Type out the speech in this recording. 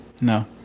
No